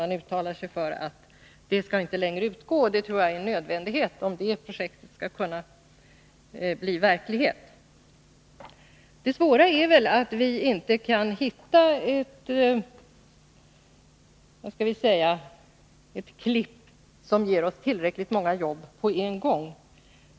Man uttalar sig där för att detta bidrag inte längre skall utgå, men det skulle vara nödvändigt för att detta projekt skall kunna bli verklighet. Det svåra är väl att vi inte kan hitta ett ”klipp” som ger oss tillräckligt många jobb på en gång.